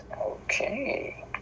Okay